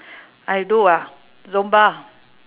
I do ah zumba